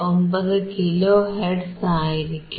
59 kilo hertz ആയിരിക്കും